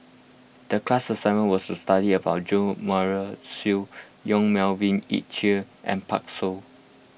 the class assignment was to study about Jo Marion Seow Yong Melvin Yik Chye and Pan Shou